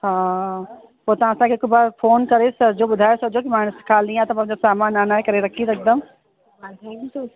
हा पोइ तव्हां असांखे हिक बार फ़ोन करे छॾिजो ॿुधाए छॾिजो कि मां ख़ाली आहे त सामान आणे करे रखी रखंदमि